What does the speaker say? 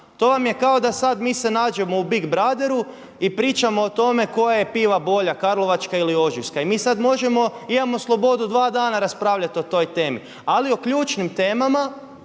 To vam je kao da sad mi se nađemo u Big brotheru i pričamo o tome koja je piva bolja Karlovačka ili Ožujska. I mi sad možemo, imamo slobodu dva dana raspravljati o toj temi. Ali o ključnim temama